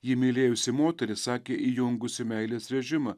jį mylėjusi moteris sakė įjungusi meilės režimą